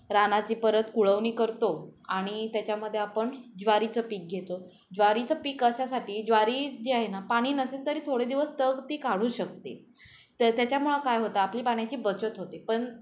रानाची परत कुळवणी करतो आणि त्याच्यामध्ये आपण ज्वारीचं पीक घेतो ज्वारीचं पीक अशासाठी ज्वारी जी आहे ना पाणी नसेल तरी थोडे दिवस तग ती काढू शकते तर त्याच्यामुळं काय होतं आपली पाण्याची बचत होते पण